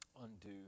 undo